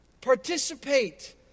Participate